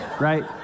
Right